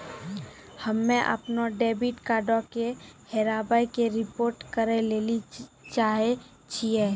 हम्मे अपनो डेबिट कार्डो के हेराबै के रिपोर्ट करै लेली चाहै छियै